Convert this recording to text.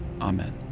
Amen